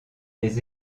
des